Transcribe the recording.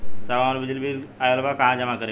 साहब हमार बिजली क बिल ऑयल बा कहाँ जमा करेके होइ?